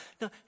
No